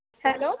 hello